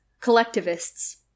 collectivists